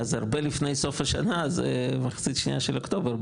אז הרבה לפני סוף השנה, זה מחצית שנה של אוקטובר.